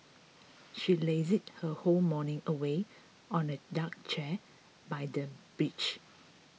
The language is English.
she lazed her whole morning away on a deck chair by the beach